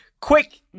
quick